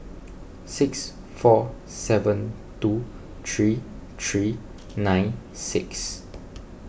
six four seven two three three nine six